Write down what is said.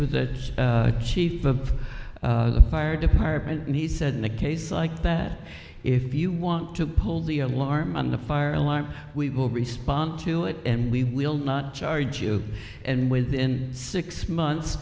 the chief of the fire department and he said in a case like that if you want to pull the alarm on the fire alarm we will respond to it and we will not charge you and within six months